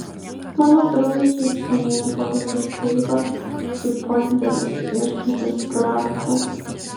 mano draugas šniukštinėjo po visą sklypą kaip pointeris ieškantis kurapkų